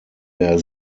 der